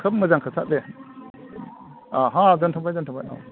खोब मोजां खोथा दे हो दोनथ'बाय दोनथ'बाय औ